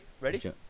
Ready